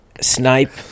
snipe